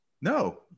no